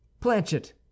Planchet